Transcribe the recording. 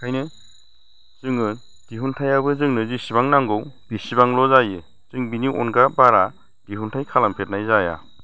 ओंखायनो जोङो दिहुन्थायाबो जोंनो जिसिबां नांगौ बिसिबांल' जायो जों बिनि अनगा बारा दिहुन्थाय खालामफेरनाय जाया